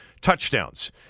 Touchdowns